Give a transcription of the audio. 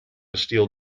steel